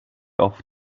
off